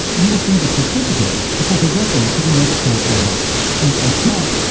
you receive a certificate before progressing to the next course level and each month,